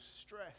stress